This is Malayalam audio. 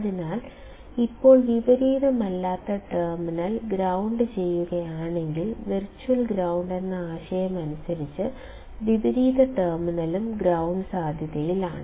അതിനാൽ ഇപ്പോൾ വിപരീതമല്ലാത്ത ടെർമിനൽ ഗ്രൌണ്ട് ചെയ്യുകയാണെങ്കിൽ വെർച്വൽ ഗ്രൌണ്ട് എന്ന ആശയം അനുസരിച്ച് വിപരീത ടെർമിനലും ഗ്രൌണ്ട് സാധ്യതയിലാണ്